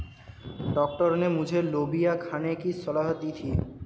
doctor ने मुझे लोबिया खाने की सलाह दी थी